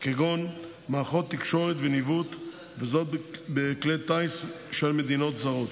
כגון מערכות תקשורת וניווט בכלי טיס של מדינות זרות.